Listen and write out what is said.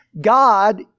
God